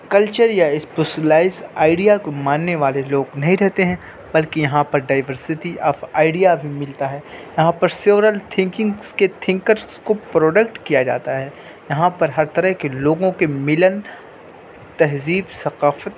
culture یا specialise idea کو ماننے والے لوگ نہیں رہتے ہیں بلکہ یہاں پر ڈائورسٹی آف آئیڈیا بھی ملتا ہے یہاں پر سیورل تھنکنگس کے تھنکرس کو پروڈکٹ کیا جاتا ہے یہاں پر ہر طرح کے لوگوں کے ملن تہذیب ثقافت